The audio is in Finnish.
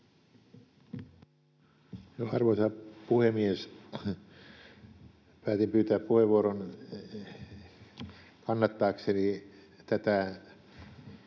Arvoisa puhemies! Päätin pyytää puheenvuoron kannattaakseni tätä